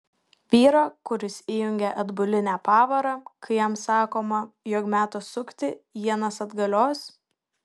vyro kuris įjungia atbulinę pavarą kai jam sakoma jog metas sukti ienas atgalios